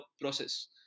process